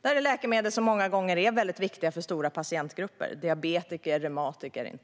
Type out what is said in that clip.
Det här är läkemedel som många gånger är väldigt viktiga för stora patientgrupper, inte minst diabetiker och reumatiker.